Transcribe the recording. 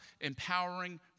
empowering